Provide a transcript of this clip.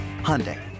Hyundai